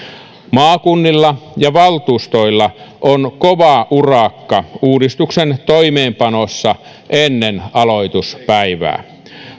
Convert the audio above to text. maakunnilla ja valtuustoilla on kova urakka uudistuksen toimeenpanossa ennen aloituspäivää